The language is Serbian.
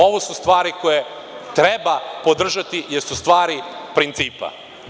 Ovo su stvari koje treba podržati jer su stvari principa.